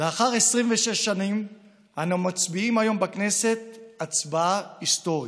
לאחר 26 שנים אנו מצביעים היום בכנסת הצבעה היסטורית,